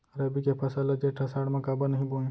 रबि के फसल ल जेठ आषाढ़ म काबर नही बोए?